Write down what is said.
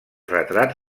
retrats